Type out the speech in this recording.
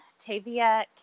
Tavia